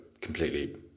completely